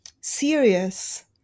serious